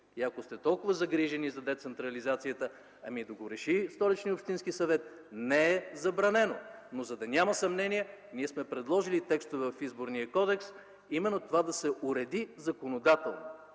ако сте толкова загрижени за децентрализацията, ами, да го реши Столичният общински съвет, не е забранено. Но за да няма съмнения, ние сме предложили текстове в Изборния кодекс именно това да се уреди законодателно